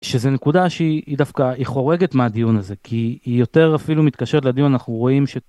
שזה נקודה שהיא היא דווקא היא חורגת מהדיון הזה כי היא יותר אפילו מתקשרת לדיון אנחנו רואים.